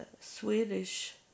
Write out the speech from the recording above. Swedish